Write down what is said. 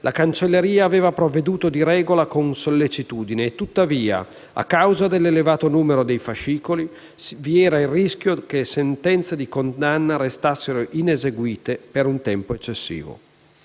la cancelleria aveva provveduto di regola con sollecitudine e, tuttavia, a causa dell'elevato numero di fascicoli, vi era il rischio che sentenze di condanna restassero ineseguite per un tempo eccessivo.